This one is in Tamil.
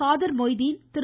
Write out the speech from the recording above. காதர் மொய்தீன் திரு